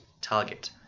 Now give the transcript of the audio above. target